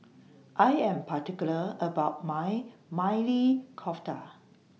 I Am particular about My Maili Kofta